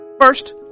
First